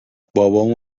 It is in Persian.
بابام